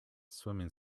swimming